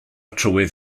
trywydd